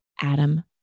Adam